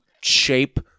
shape